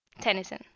Tennyson